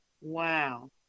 Wow